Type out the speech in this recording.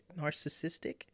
narcissistic